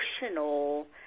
emotional